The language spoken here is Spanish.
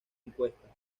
encuestas